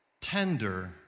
tender